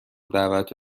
دعوت